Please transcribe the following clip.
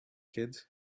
kids